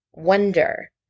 wonder